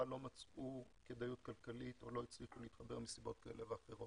לא מצאו כדאיות כלכלית או לא הצליחו להתחבר מסיבות כאלה ואחרות.